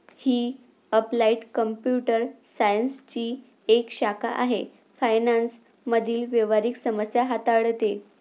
ही applied computer सायन्सची एक शाखा आहे फायनान्स मधील व्यावहारिक समस्या हाताळते